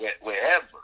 wherever